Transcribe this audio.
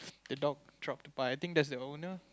the dog drop the pie I think that's the owner